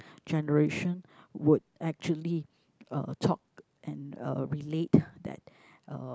generation would actually uh talk and uh relate that uh